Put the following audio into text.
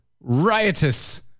Riotous